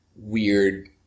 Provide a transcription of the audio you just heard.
weird